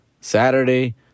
Saturday